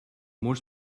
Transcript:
more